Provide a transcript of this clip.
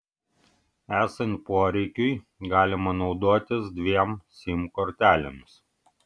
esant poreikiui galima naudotis dviem sim kortelėmis